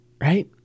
right